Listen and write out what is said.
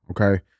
okay